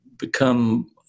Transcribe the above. become